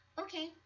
Okay